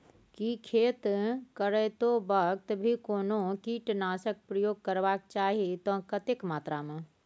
की खेत करैतो वक्त भी कोनो कीटनासक प्रयोग करबाक चाही त कतेक मात्रा में?